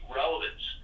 relevance